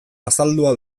azaldua